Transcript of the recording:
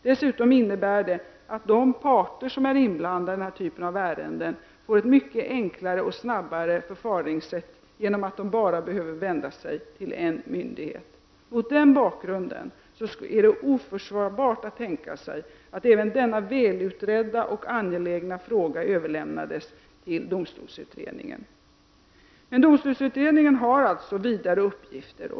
Dessutom blir det ett mycket enklare och snabbare förfaringssätt för de parter som är inblandade i den här typen av ärenden genom att de bara behöver vända sig till en enda myndighet. Mot denna bakgrund är det oförsvarbart att tänka sig att även denna välutredda och angelägna fråga skulle överlämnas till domstolsutredningen. Men domstolsutredningen har alltså vidare uppgifter.